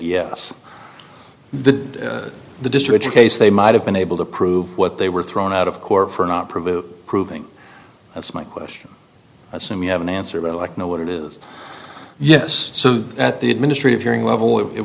yes the the destroyed your case they might have been able to prove what they were thrown out of court for not prove it proving that's my question assume you have an answer like know what it is yes so at the administrative hearing level it